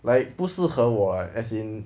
like 不适合我 ah as in